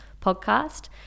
podcast